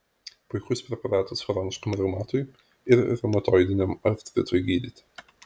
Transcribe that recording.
puikus preparatas chroniškam reumatui ir reumatoidiniam artritui gydyti